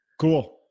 cool